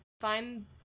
find